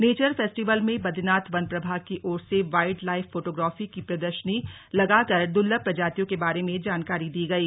nature festival में बदीनाथ वन प्रभाग की ओर से वाइल्ड लाइफ फोटोग्राफी की प्रदर्शनी लगाकर दुलर्भ प्रजातियों के बारे जानकारी दी गई